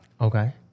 Okay